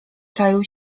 czaił